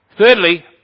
Thirdly